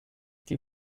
die